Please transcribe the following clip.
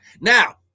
Now